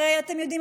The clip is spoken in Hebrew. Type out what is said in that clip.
הרי אתם יודעים,